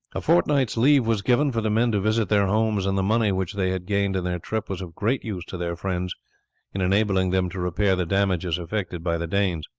a fortnight's leave was given, for the men to visit their homes, and the money which they had gained in their trip was of great use to their friends in enabling them to repair the damages effected by the danes.